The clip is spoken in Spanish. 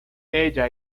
ella